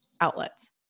outlets